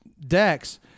decks